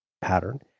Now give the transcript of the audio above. pattern